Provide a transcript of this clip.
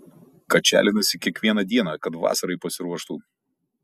kačialinasi kiekvieną dieną kad vasarai pasiruoštų